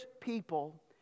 people